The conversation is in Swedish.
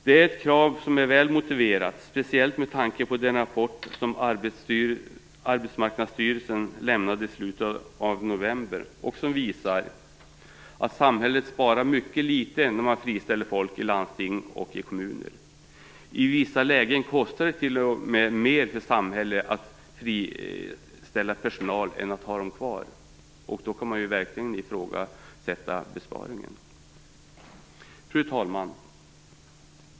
Det är ett krav som är väl motiverat speciellt med tanke på den rapport som Arbetsmarknadsstyrelsen lämnade i slutet av november och som visar att samhället sparar mycket litet när man friställer folk i landsting och kommuner. I vissa lägen kostar det t.o.m. mer för samhället att friställa personal än att ha dem kvar i arbetet. Då kan man verkligen ifrågasätta besparingen. Fru talman!